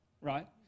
right